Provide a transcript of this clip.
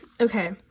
okay